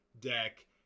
deck